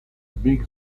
big